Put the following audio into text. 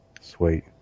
Sweet